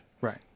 Right